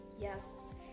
Yes